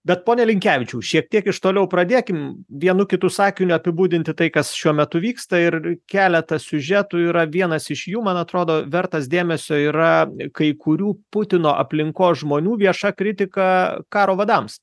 bet pone linkevičiau šiek tiek iš toliau pradėkim vienu kitu sakiniu apibūdinti tai kas šiuo metu vyksta ir keletas siužetų yra vienas iš jų man atrodo vertas dėmesio yra kai kurių putino aplinkos žmonių vieša kritika karo vadams